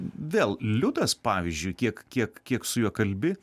vėl liudas pavyzdžiui kiek kiek kiek su juo kalbi